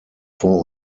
vor